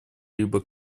либо